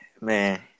Man